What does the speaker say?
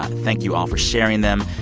thank you all for sharing them.